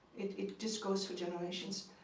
it it just goes for generations.